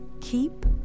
Keep